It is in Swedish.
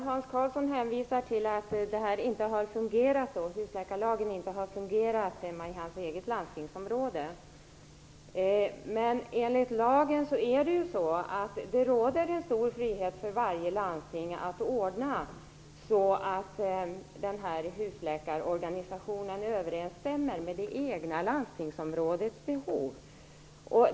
Herr talman! Hans Karlsson hänvisar till att husläkarlagen inte har fungerat i hans eget landstingsområde. Men enligt lagen råder stor frihet för varje landsting att ordna så att husläkarorganisationen överensstämmer med det egna landstingsområdets behov.